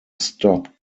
stopped